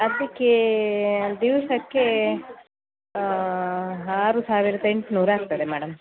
ಅದಕ್ಕೆ ದಿವಸಕ್ಕೆ ಆರು ಸಾವಿರದ ಎಂಟುನೂರು ಆಗ್ತದೆ ಮೇಡಮ್